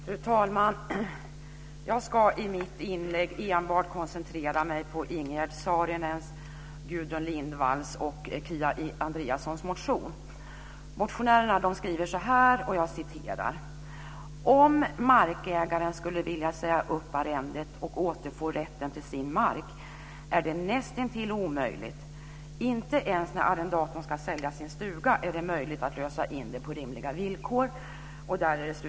Fru talman! Jag ska i mitt inlägg enbart koncentrera mig på Ingegerd Saarinens, Gudrun Lindvalls och Kia Andreassons motion. Motionärerna skriver så här: "Om markägaren skulle vilja säga upp arrendet och återfå rätten till sin mark är det näst intill omöjligt. Inte ens när arrendatorn skall sälja sin stuga är det möjligt att lösa in den på rimliga villkor."